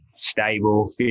stable